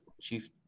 chief